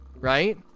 right